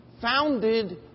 founded